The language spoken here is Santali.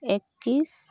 ᱮᱠᱤᱥ